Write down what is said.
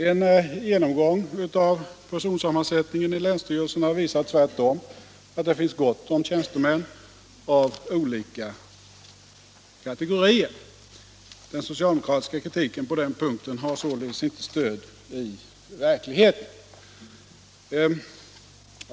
En genomgång av personsammansättningen i länsstyrelserna visar tvärtom att det finns gott om tjänstemän av olika kategorier. Den socialdemokratiska kritiken på den punkten har således inte stöd i verkligheten.